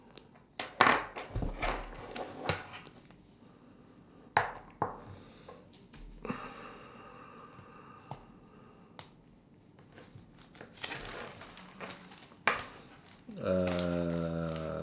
uh